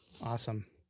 Awesome